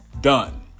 done